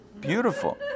beautiful